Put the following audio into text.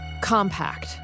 compact